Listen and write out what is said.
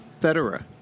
Federer